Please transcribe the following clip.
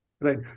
Right